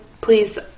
please